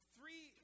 Three